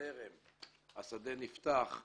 השדה נפתח,